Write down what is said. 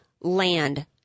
land